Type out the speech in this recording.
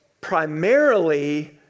primarily